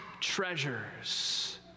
treasures